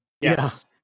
Yes